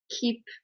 keep